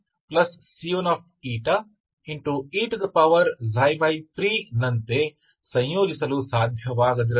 e3 ನಂತೆ ಸಂಯೋಜಿಸಲು ಸಾಧ್ಯವಾಗದಿರಬಹುದು